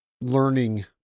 learning